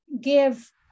give